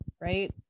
right